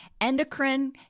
Endocrine